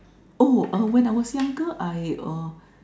oh err when I was younger I err